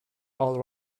all